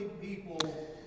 people